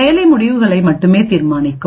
செயலி முடிவுகளை மட்டுமே தீர்மானிக்கும்